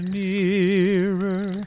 nearer